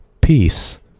peace